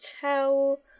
tell